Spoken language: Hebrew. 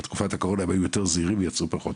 בתקופת הקורונה הם היו יותר זהירים ויצאו פחות ,